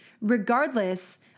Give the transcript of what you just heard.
regardless